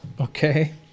Okay